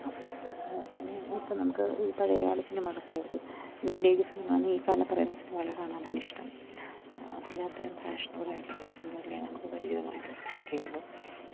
അത് കൊണ്ട് തന്നെ ഇപ്പം നമുക്ക് ഈ പഴയകാല സിനിമകൾ ഒക്കെ ഒരു വിൻറ്റേജ് സിനിമാന്ന് ഈ കാലം പറയുന്ന സിനിമകൾ കാണാനാണ് ഇഷ്ടം അതിനകത്ത് അത്തരം ഫാഷണബിളായിട്ടുള്ള ഡ്രസ്സൊന്നും ഇല്ല നമുക്ക് പരിചിതമായ ഡ്രസ്സുകളൊക്കെ ഉള്ളൂ